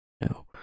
No